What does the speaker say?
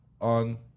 on